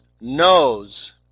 knows